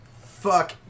fuck